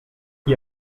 gli